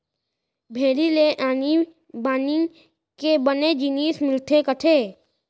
भेड़ी ले आनी बानी के बने जिनिस मिलथे कथें